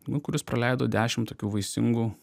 nu kuris praleido dešim tokių vaisingų